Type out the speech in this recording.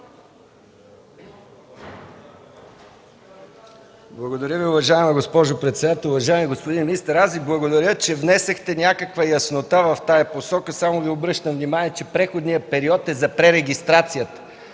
Благодаря Ви, уважаема госпожо председател. Уважаеми господин министър, аз Ви благодаря, че внесохте някаква яснота в тази посока. Само Ви обръщам внимание, че преходният период е за пререгистрацията.